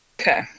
Okay